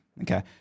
Okay